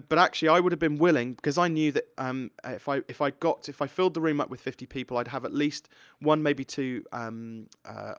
but, actually, i woulda been willing, cause i knew that, um if i, if i got, if i filled the room up with fifty people, i'd have at least one, maybe two, um